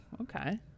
okay